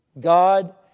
God